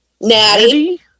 Natty